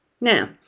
Now